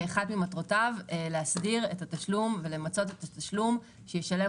כאחת ממטרותיו להסדיר ולמצות את התשלום שישלם